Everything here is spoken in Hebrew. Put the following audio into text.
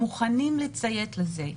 הם מוכנים לציית לזה.